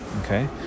Okay